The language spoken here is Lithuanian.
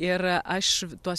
ir aš tuos